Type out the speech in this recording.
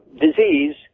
disease